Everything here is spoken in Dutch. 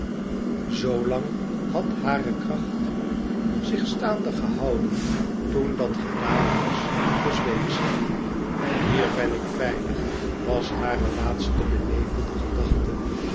z lang had hare kracht zich staande gehouden toen dat gedaan was bezweek zij thier ben ik veilig was hare laatste benevelde gedachte